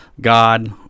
God